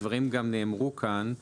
הדברים נאמרו כאן,